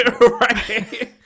Right